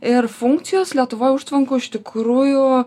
ir funkcijos lietuvoj užtvankų iš tikrųjų